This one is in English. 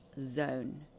zone